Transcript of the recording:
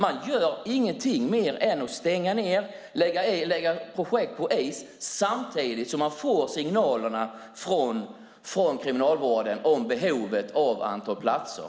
Man gör ingenting mer än att stänga och lägga projekt på is, samtidigt som man får signaler från Kriminalvården om ett stort behov av platser.